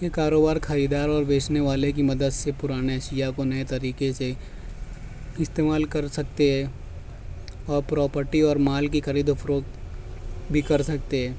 یہ کاروبار خریدار اور بیچنے والے کی مدد سے پرانے اشیا کو نئے طریقے سے استعمال کر سکتے ہیں اور پراپرٹی اور مال کی خرید و فروخت بھی کر سکتے ہیں